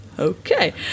okay